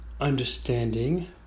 understanding